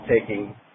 taking